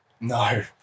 No